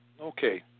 Okay